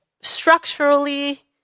structurally